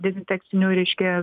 dezinfekcinių reiškia